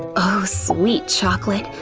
oh sweet chocolate,